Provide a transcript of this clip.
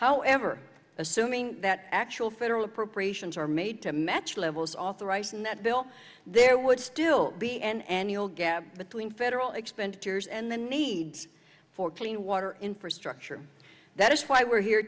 however assuming that actual federal appropriations are made to match levels authorized in that bill there would still be an annual gap between federal expenditures and the need for clean water infrastructure that is why we're here